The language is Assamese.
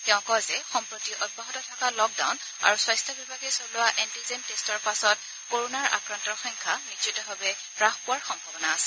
তেওঁ কয় যে সম্প্ৰতি অব্যাহত থকা লকডাউন আৰু স্বাস্থ্য বিভাগে চলোৱা এণ্টিজেন টেষ্টৰ পাছত কৰনাৰ আক্ৰান্তৰ সংখ্যা নিশ্চিতভাৱে হ্ৰাস পোৱাৰ সম্ভাৱনা আছে